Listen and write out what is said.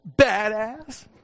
badass